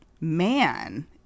man